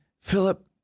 Philip